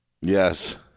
Yes